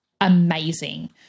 amazing